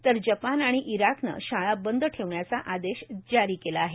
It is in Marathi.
तर जपान आणि इराकनं शाळा बंद ठेवण्याचा आदेश जारी केला आहे